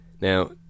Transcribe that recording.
Now